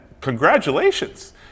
congratulations